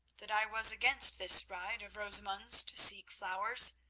that i was against this ride of rosamund's to seek flowers,